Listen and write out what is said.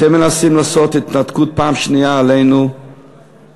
ואתם מנסים לעשות התנתקות פעם שנייה עלינו מהתורה.